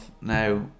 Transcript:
Now